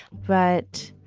but